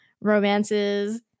romances